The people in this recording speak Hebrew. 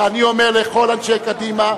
ואני אומר לכל אנשי קדימה,